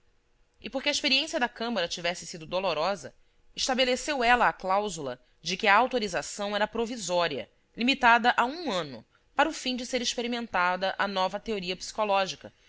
e porque a experiência da câmara tivesse sido dolorosa estabeleceu ela a cláusula de que a autorização era provisória limitada a um ano para o fim de ser experimentada a nova teoria psicológica